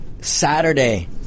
Saturday